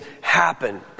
happen